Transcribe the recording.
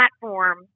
platform